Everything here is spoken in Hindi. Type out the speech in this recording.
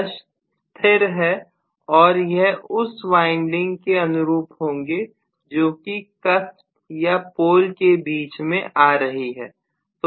ब्रश स्थिर है और यह उस वाइंडिंग के अनुरूप होंगे जो कि कस्प या पोल के बीच में आ रही हैं